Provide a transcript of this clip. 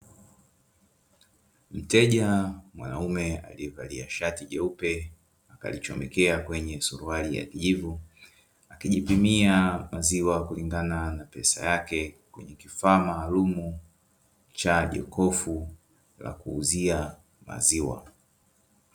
Mteja mwanaume aliyevalia shati jeupe akalichomekea kwenye suruali ya kijivu, akijipimia maziwa kulingana na pesa yake kwenye kifaa maalumu cha jokofu la kuuzia maziwa.